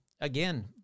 Again